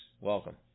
Welcome